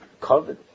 COVID